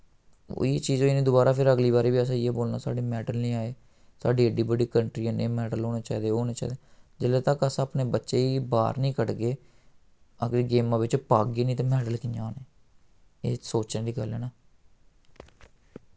ओह् ही चीज होई निं दोबारा फिर अगली बारी बी असें इ'यै बोलना साढ़े मैडल निं आए साढ़ी एड्डी बड्डी कंट्री ऐ इन्ने मैडल होने चाहिदे ओह् होने चाहिदे जिसलै तक अस अपने बच्चें गी बाह्र निं कढगे अगर गेमां बिच्च पागे निं ते मैडल कि'यां आने एह् सोचने आह्ली गल्ल ऐ ना